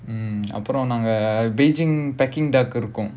mm அப்புறம் நாங்க:appuram naanga beijing peking duck இருக்கும்:irukkum